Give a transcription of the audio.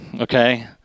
okay